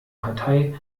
partei